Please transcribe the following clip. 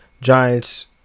Giants